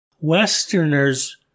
Westerners